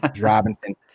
Robinson